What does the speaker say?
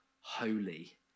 holy